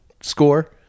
score